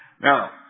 Now